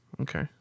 okay